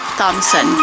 Thompson